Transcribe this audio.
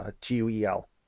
T-U-E-L